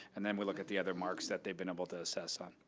and then we look at the other marks that they've been able to assess on.